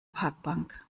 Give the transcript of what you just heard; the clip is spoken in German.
parkbank